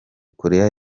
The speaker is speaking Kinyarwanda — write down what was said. koreya